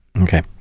Okay